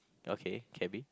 okay cabby